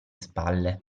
spalle